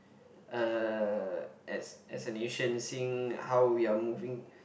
uh as as a nation seeing how we are moving